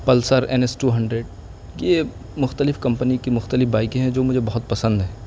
Pulsar N S two hundred یہ مختلف company کی مختلف بائکیں ہیں جو مجھے بہت پسند ہیں